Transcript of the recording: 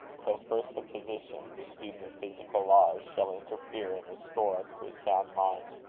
till first the physician, the student of physical laws, shall interfere and restore us to a sound mind,